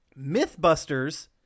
Mythbusters